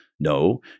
No